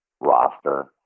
roster